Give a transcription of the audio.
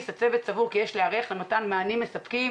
הצוות סבור כי יש להיערך למתן מענים מספקים